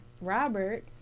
Robert